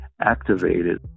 activated